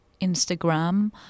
Instagram